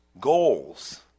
goals